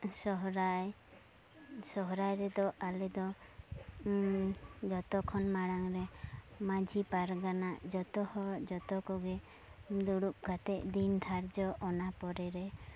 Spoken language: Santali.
ᱥᱚᱦᱨᱟᱭ ᱥᱚᱦᱨᱟᱭ ᱨᱮᱫᱚ ᱟᱞᱮ ᱫᱚ ᱡᱚᱛᱚᱠᱷᱚᱱ ᱢᱟᱲᱟᱝᱨᱮ ᱢᱟᱺᱡᱷᱤ ᱯᱟᱨᱜᱟᱱᱟ ᱡᱚᱛᱚᱦᱚᱲ ᱡᱚᱛᱚ ᱠᱚᱜᱮ ᱫᱩᱲᱩᱵ ᱠᱟᱛᱮᱫ ᱫᱤᱱᱫᱷᱟᱨᱡᱚ ᱚᱱᱟ ᱯᱚᱨᱮ ᱨᱮ